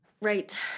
Right